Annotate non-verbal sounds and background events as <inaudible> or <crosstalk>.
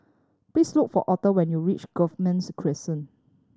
please look for Arther when you reach <unintelligible> Crescent